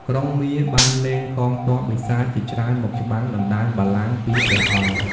ក្រុងមារបានលែងកងទ័ពបិសាចជាច្រើនមកច្បាំងដណ្តើមបល្ល័ង្គពីព្រះអង្គ។